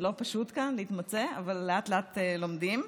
זה לא פשוט להתמצא כאן, אבל לאט-לאט לומדים.